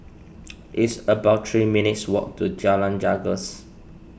it's about three minutes' walk to Jalan Janggus